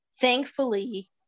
Thankfully